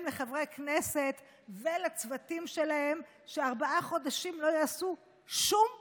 לחברי כנסת ולצוותים שלהם שארבעה חודשים לא יעשו שום דבר,